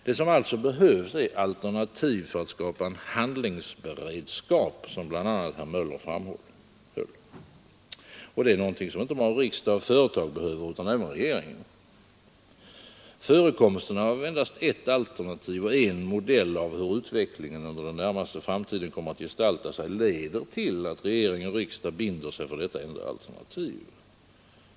Det som alltså behövs är alternativ för att skapa en handlingsberedskap, som bl.a. herr Möller i Göteborg framhållit. Detta är någonting som inte bara riksdagen och företagen behöver, utan även regeringen. Förekomsten av endast en prognos och endast en modell av hur utvecklingen under den närmaste framtiden kommer att gestalta sig leder till att regering och riksdag binder sig för detta enda alternativ.